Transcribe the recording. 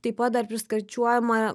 taip pat dar priskaičiuojama